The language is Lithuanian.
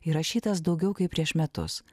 įrašytas daugiau kaip prieš metus